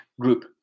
group